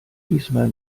diesmal